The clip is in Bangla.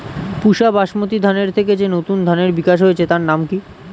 পুসা বাসমতি ধানের থেকে যে নতুন ধানের বিকাশ হয়েছে তার নাম কি?